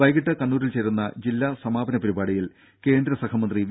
വൈകീട്ട് കണ്ണൂരിൽ ചേരുന്ന ജില്ലാ സമാപന പരിപാടിയിൽ കേന്ദ്രസഹമന്ത്രി വി